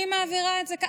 אני מעבירה את זה כך.